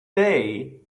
day